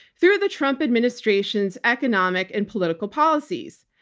through the trump administration's economic and political policies.